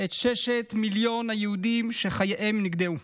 את ששת מיליון היהודים שחייהם נגדעו.